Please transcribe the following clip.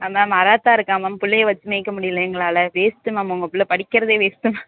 ஆ ma'am அராத்தா இருக்கான் ma'am பிள்ளைய வச்சு மேய்க்க முடியலை எங்களால் வேஸ்ட்டு மேம் உங்க பிள்ள படிக்கிறதே வேஸ்ட்டு மேம்